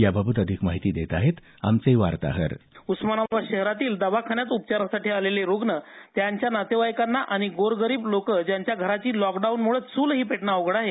याबाबत अधिक माहिती देत आहेत आमचे वार्ताहर उस्मानाबाद शहरातील दवाखान्यात उपचारासाठी आलेले रुग्ण त्यांच्या नातेवाईकांना आणि गोरगरीब लोक त्यांच्या घराची लॉक डाऊनलोड मुळ चूलही पेटनं उघड आहे